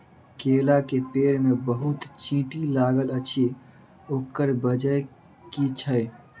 केला केँ पेड़ मे बहुत चींटी लागल अछि, ओकर बजय की छै?